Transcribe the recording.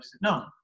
no